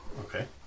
Okay